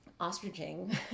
ostriching